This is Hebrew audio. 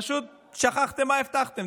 פשוט שכחתם מה הבטחתם.